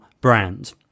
brand